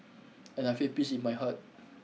and I feel peace in my heart